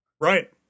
Right